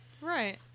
Right